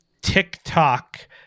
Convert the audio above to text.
TikTok